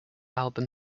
album